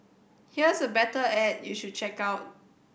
here's a better ad you should check out